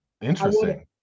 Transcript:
Interesting